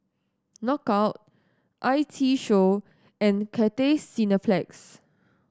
Knockout I T Show and Cathay Cineplex